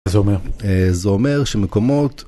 מה זה אומר? זה אומר שמקומות...